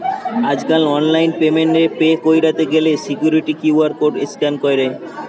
আজকাল online payment এ pay কইরতে গ্যালে সিকুইরিটি কিউ.আর কোড স্ক্যান কইরে